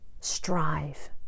Strive